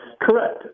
Correct